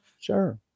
Sure